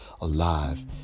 alive